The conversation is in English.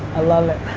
love it.